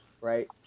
right